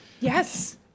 Yes